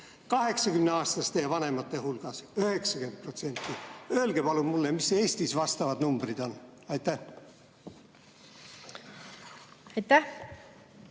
80-aastaste ja vanemate hulgas 90%. Öelge palun mulle, mis Eestis vastavad numbrid on. Aitäh, hea